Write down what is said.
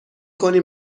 کنی